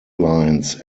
lines